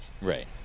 right